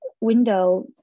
window